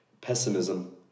pessimism